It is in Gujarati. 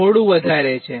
33 kV છે